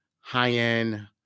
high-end